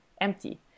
empty